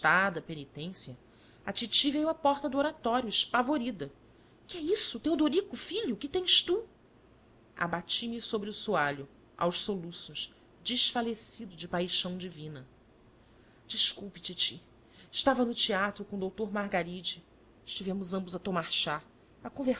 arrastada penitência a titi veio à porta do oratório espavorida que é isso teodorico filho que tens tu abati me sobre o soalho aos soluços desfalecido de paixão divina desculpe titi estava no teatro com o doutor margaride estivemos ambos a tomar chá